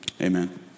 Amen